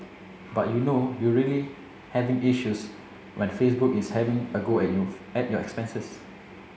but you know you really having issues when even Facebook is having a go at youth at your expenses